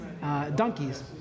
donkeys